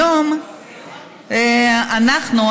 היום אנחנו,